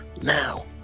now